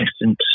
essence